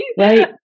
right